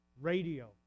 radio